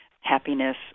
happiness